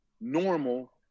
normal